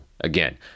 Again